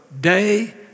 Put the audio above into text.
day